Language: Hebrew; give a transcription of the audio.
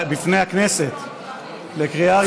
לקריאה ראשונה.